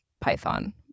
Python